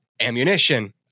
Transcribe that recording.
Ammunition